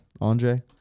Andre